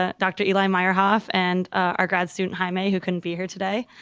ah dr. eli meyerhoff, and our grad student jaime, who couldn't be here today.